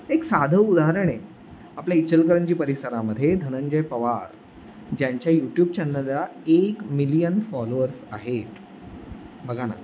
एक साधं उदाहरण आहे आपल्या इचलकरंजी परिसरामध्ये धनंजय पवार ज्यांच्या यूट्यूब चॅनला एक मिलियन फॉलोअर्स आहेत बघा ना